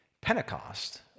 Pentecost